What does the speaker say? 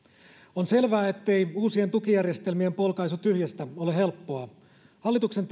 on selvää ettei uusien tukijärjestelmien polkaisu tyhjästä ole helppoa hallituksen